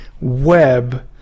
web